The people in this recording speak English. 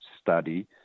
study